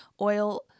oil